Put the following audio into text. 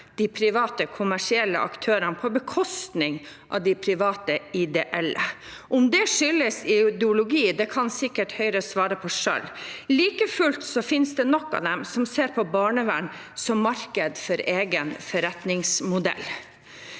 de private kommersielle aktørene på bekostning av de private ideelle. Om det skyldes ideologi kan sikkert Høyre svare på selv. Like fullt finnes det nok av dem som ser på barnevern som et marked for egen forretningsmodell.